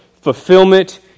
fulfillment